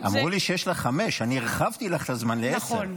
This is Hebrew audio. אמרו לי שיש לך חמש, אני הרחבתי לך את הזמן לעשר.